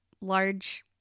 large